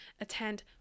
attend